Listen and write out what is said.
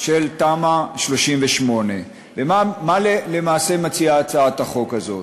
של תמ"א 38. מה למעשה מציעה הצעת החוק הזאת,